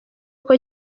uko